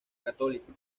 católica